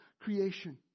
creation